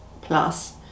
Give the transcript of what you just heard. plus